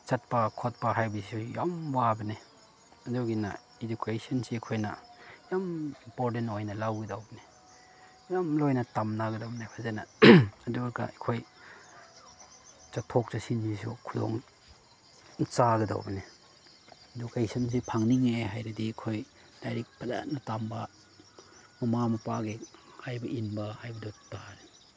ꯆꯠꯄ ꯈꯣꯠꯄ ꯍꯥꯏꯕꯁꯤ ꯌꯥꯝ ꯋꯥꯕꯅꯦ ꯑꯗꯨꯒꯤꯅ ꯏꯗꯨꯀꯦꯁꯟꯁꯤ ꯑꯩꯈꯣꯏꯅ ꯌꯥꯝ ꯏꯝꯄꯣꯔꯇꯦꯟ ꯑꯣꯏꯅ ꯂꯧꯒꯗꯧꯕꯅꯦ ꯌꯥꯝ ꯂꯣꯏꯅ ꯇꯝꯅꯒꯗꯕꯅꯦ ꯐꯖꯅ ꯑꯗꯨꯒ ꯑꯩꯈꯣꯏ ꯆꯠꯊꯣꯛ ꯆꯠꯁꯤꯟꯒꯤꯁꯨ ꯈꯨꯗꯣꯡ ꯆꯥꯒꯗꯧꯕꯅꯦ ꯏꯗꯨꯀꯦꯁꯟꯁꯤ ꯐꯪꯅꯤꯡꯉꯦ ꯍꯥꯏꯔꯗꯤ ꯑꯩꯈꯣꯏ ꯂꯥꯏꯔꯤꯛ ꯐꯖꯅ ꯇꯝꯕ ꯃꯃꯥ ꯃꯄꯥꯒꯤ ꯍꯥꯏꯕ ꯏꯟꯕ ꯍꯥꯏꯕꯗꯨ ꯇꯥꯔꯦ